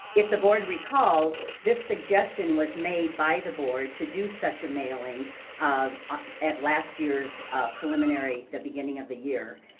if the board recalls, this suggestion was made by the board to do such a mailing ah at last year's preliminary the beginning of the year.